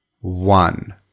one